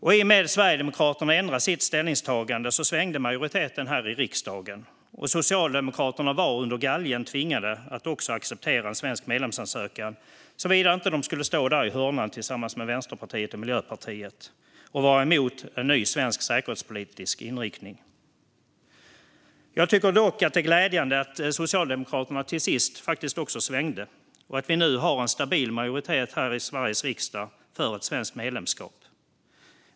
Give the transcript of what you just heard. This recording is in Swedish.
I och med att Sverigedemokraterna ändrade sitt ställningstagande svängde majoriteten här i riksdagen. Socialdemokraterna var under galgen tvingade att acceptera en svensk medlemsansökan om de inte skulle stå i ett hörn tillsammans med Vänsterpartiet och Miljöpartiet och vara emot en ny svensk säkerhetspolitisk inriktning. Jag tycker dock att det är glädjande att Socialdemokraterna till sist svängde och att det nu finns en stabil majoritet i Sveriges riksdag för ett svenskt medlemskap.